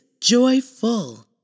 joyful